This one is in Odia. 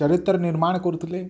ଚରିତ୍ର ନିର୍ମାଣ କରୁଥିଲେ